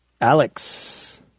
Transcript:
Alex